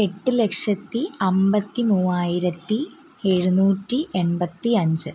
എട്ട് ലക്ഷത്തി അമ്പത്തി മൂവായിരത്തി എഴുനൂറ്റി എൺപത്തി അഞ്ച്